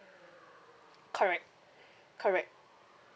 correct correct